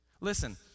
Listen